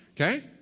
Okay